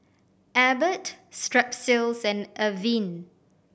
Abbott Strepsils and Avene